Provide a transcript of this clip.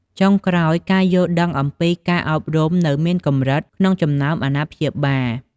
ចុងក្រោយ ការយល់ដឹងអំពីការអប់រំនៅមានកម្រិត ក្នុងចំណោមអាណាព្យាបាល។